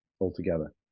altogether